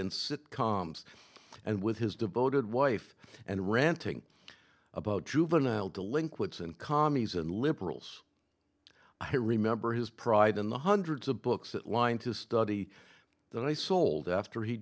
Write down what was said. in sitcoms and with his devoted wife and ranting about juvenile delinquents and commies and liberals i remember his pride in the hundreds of books that line to study that i sold after he